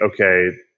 okay